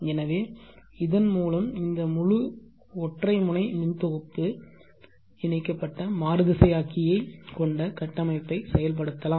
எனவே இதன் மூலம் இந்த முழு ஒற்றை முனை மின் தொகுப்பு இணைக்கப்பட்ட மாறுதிசையாக்கியை கொண்ட கட்டமைப்பை செயல்படுத்தப்படலாம்